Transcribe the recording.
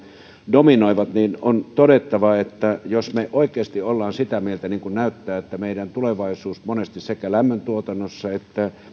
dominoivat niin on todettava että jos me oikeasti olemme sitä mieltä niin kuin näyttää että meidän tulevaisuus monesti sekä lämmöntuotannossa että